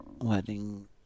wedding